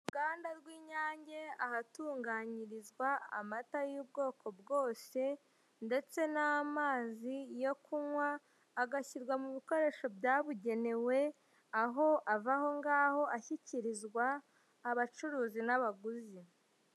Uruganda rw'inyange ahatunganyurizwa amata y'ubwoko bwose ndetse n'amazi yo kunkwa agashyirwa mubikoresho byabugenewe aho ava ahongaho ashyikirizwa abacuruzi n'abaguzi.